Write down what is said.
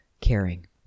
caring